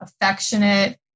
affectionate